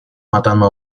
matando